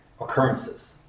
occurrences